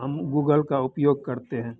हम गूगल का उपयोग करते हैं